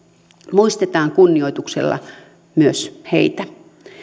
muistetaan kunnioituksella myös heitä